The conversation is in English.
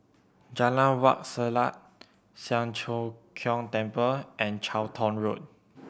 Jalan Wak Selat Siang Cho Keong Temple and Charlton Road